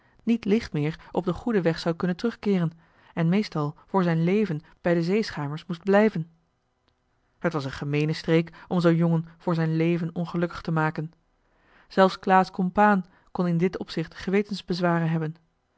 niet licht meer op den goeden weg zou kunnen terugkeeren en meestal voor zijn leven bij de zeeschuimers moest blijven het was een gemeene streek om zoo'n jongen voor zijn leven ongelukkig te maken zelfs claes compaen kon in dit opzicht gewetensbezwaren hebben